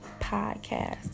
podcast